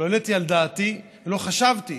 לא העליתי על דעתי ולא חשבתי